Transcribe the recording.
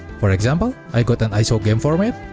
for example i got an iso game format,